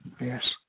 yes